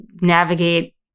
navigate